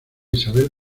isabel